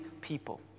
people